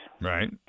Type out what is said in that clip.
right